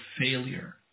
failure